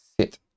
sit